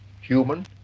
human